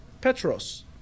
Petros